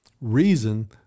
reason